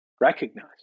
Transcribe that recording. recognize